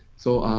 so